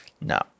No